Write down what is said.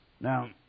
Now